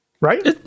right